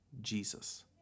Jesus